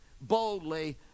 boldly